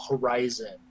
Horizon